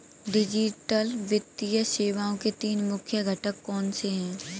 digital वित्तीय सेवाओं के तीन मुख्य घटक कौनसे हैं